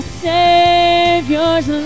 Savior's